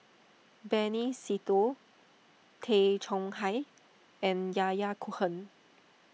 Benny Se Teo Tay Chong Hai and Yahya Cohen